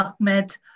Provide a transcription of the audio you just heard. Ahmed